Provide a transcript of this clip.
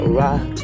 right